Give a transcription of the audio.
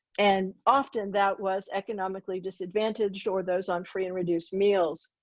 and often that was economically disadvantaged or those on free and reduced meals.